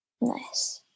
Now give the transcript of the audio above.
Nice